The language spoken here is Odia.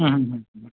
ହୁଁ ହୁଁ